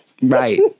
right